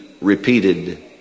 repeated